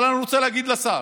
אבל אני רוצה להגיד לשר: